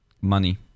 money